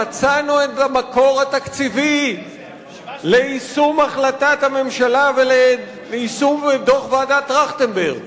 מצאנו את המקור התקציבי ליישום החלטת הממשלה וליישום דוח ועדת-טרכטנברג.